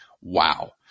Wow